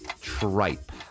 Tripe